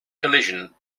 collision